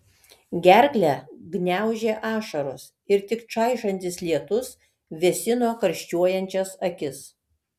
gerklę gniaužė ašaros ir tik čaižantis lietus vėsino karščiuojančias akis